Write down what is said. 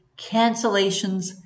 cancellations